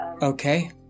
okay